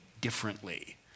differently